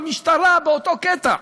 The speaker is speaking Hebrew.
גם המשטרה באותו קטע.